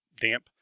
damp